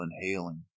inhaling